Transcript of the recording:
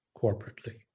corporately